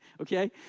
okay